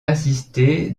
assisté